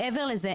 מעבר לזה,